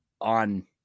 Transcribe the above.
on